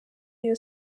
iyo